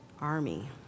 army